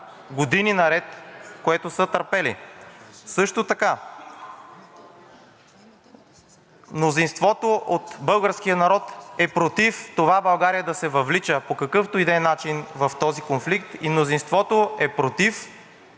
години наред, което са търпели. Също така мнозинството от българския народ е против това България да се въвлича по какъвто и да е начин в този конфликт и мнозинството е против